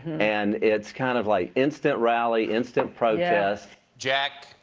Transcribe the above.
and it's kind of like instant rally, instant protest. jack,